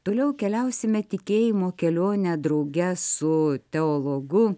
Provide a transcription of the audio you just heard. toliau keliausime tikėjimo kelionę drauge su teologu